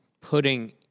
putting